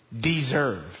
deserve